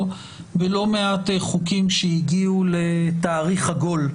בלא מעט חוקים שהגיעו לתאריך עגול,